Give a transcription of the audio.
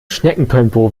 schneckentempo